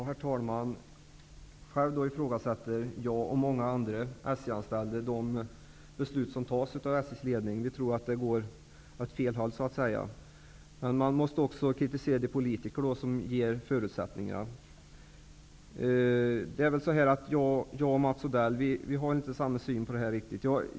Herr talman! Jag själv och många andra SJ anställda ifrågasätter de beslut som fattas av SJ:s ledning. Vi tror att de går åt fel håll. Men man måste också kritisera de politiker som ger förutsättningarna. Jag och Mats Odell har inte riktigt samma syn på detta.